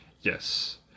Yes